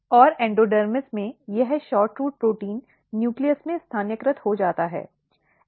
और एंडोडर्मिस में यह SHORTROOT प्रोटीन न्यूक्लियस में स्थानीयकृत हो जाता है